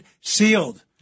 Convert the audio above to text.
sealed